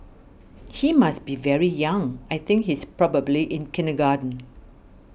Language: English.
he must be very young I think he's probably in kindergarten